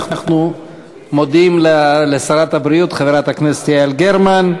אנחנו מודים לשרת הבריאות חברת הכנסת יעל גרמן,